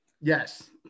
Yes